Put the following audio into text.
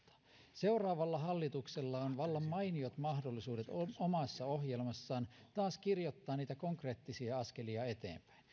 seuraavalla hallituksella on vallan mainiot mahdollisuudet omassa ohjelmassaan taas kirjoittaa niitä konkreettisia askelia eteenpäin